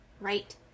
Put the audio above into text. right